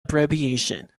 abbreviation